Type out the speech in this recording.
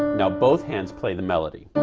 now both hands play the melody.